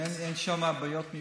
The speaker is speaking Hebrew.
אם אין שם בעיות מיוחדות.